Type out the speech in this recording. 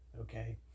Okay